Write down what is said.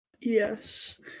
Yes